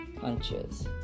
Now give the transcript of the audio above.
punches